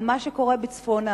מה שקורה בצפון הארץ.